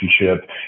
relationship